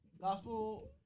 gospel